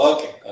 Okay